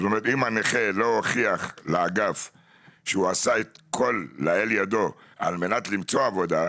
אם הנכה לא הוכיח לאגף שהוא עשה את כל אשר לאל ידו כדי למצוא עבודה,